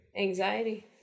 Anxiety